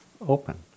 Open